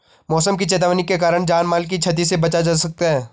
मौसम की चेतावनी के कारण जान माल की छती से बचा जा सकता है